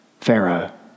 Pharaoh